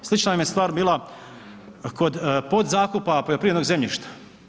Slična vam je stvar bila kod podzakupa poljoprivrednog zemljišta.